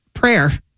Prayer